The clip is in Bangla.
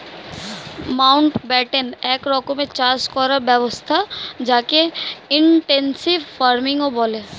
মাউন্টব্যাটেন এক রকমের চাষ করার ব্যবস্থা যকে ইনটেনসিভ ফার্মিংও বলে